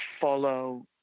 follow